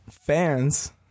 fans